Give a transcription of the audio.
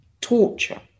torture